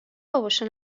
باباشو